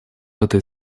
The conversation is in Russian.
этой